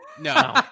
No